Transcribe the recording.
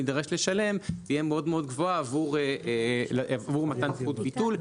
נידרש לשלם תהיה מאוד גבוהה עבור מתן זכות ביטול,